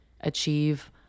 achieve